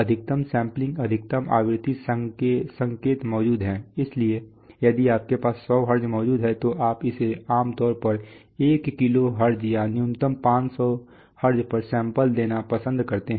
अधिकतम सैंपलिंग अधिकतम आवृत्ति संकेत मौजूद है इसलिए यदि आपके पास 100 हर्ट्ज मौजूद है तो आप इसे आमतौर पर 1 किलोहर्ट्ज़ या न्यूनतम 500 हर्ट्ज पर सैंपल देना पसंद करते हैं